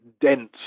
dense